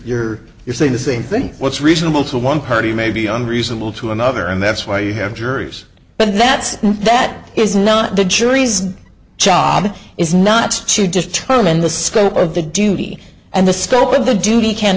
you're you're saying the same thing what's reasonable to one party may be unreasonable to another and that's why you have juries but that's that is not the jury's job is not to determine the scope of the duty and the scope of the duty can